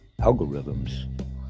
algorithms